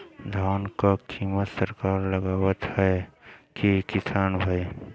अनाज क कीमत सरकार लगावत हैं कि किसान भाई?